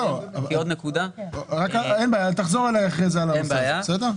אין בעיה, רק תחזור אליי על הנושא הזה, בסדר?